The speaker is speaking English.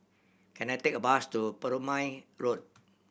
can I take a bus to Perumal Road